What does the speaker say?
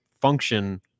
function